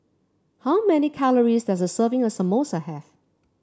how many calories does a serving of Samosa have